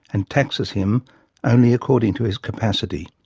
and taxes him only according to his capacity,